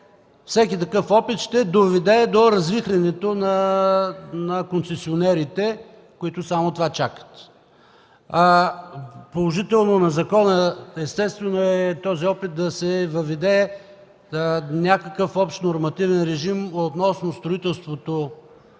Всеки такъв опит ще доведе до развихрянето на концесионерите, които само това чакат. Положителното на закона, естествено, е този опит да се въведе някакъв общ нормативен режим относно строителството